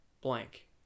blank